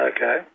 Okay